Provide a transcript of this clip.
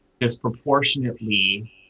disproportionately